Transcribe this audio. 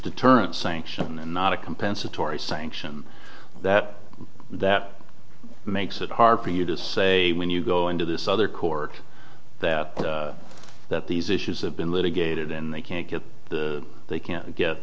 deterrence sanction and not a compensatory sanction that that makes it hard for you to say when you go into this other court that that these issues have been litigated and they can't get they can't get